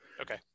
Okay